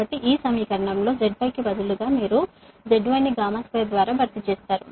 కాబట్టి ఈ సమీకరణంలో zy కి బదులుగా మీరు zy ని 2 ద్వారా భర్తీ చేస్తారు